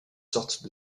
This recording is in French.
sortes